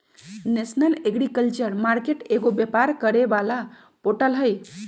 national agriculture market एगो व्यापार करे वाला पोर्टल हई